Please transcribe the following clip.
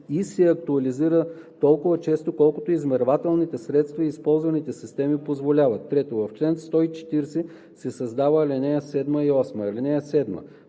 и се актуализира толкова често, колкото измервателните средства и използваните системи позволяват. 3. В чл. 140 се създават ал. 7 и 8: „(7)